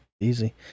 easy